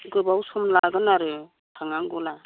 गोबाव सम लागोन आरो थांनांगौब्ला